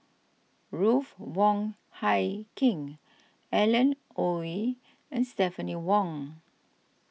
Ruth Wong Hie King Alan Oei and Stephanie Wong